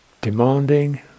demanding